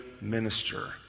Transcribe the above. minister